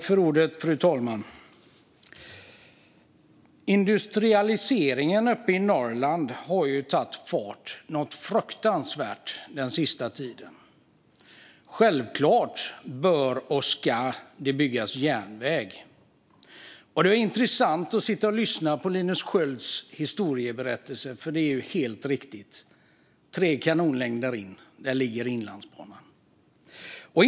Fru talman! Industrialiseringen uppe i Norrland har ju tagit fart något fruktansvärt den senaste tiden. Självklart bör och ska det byggas järnväg. Det var intressant att sitta och lyssna på Linus Skölds historieberättelse, för det är ju helt riktigt så att Inlandsbanan ligger tre kanonlängder in.